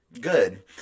good